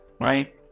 right